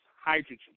hydrogen